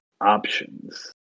options